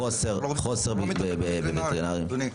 הוא לא מטפל בווטרינרים, אדוני.